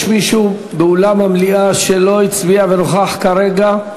יש מישהו באולם המליאה שלא הצביע ונוכח כרגע?